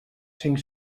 cinc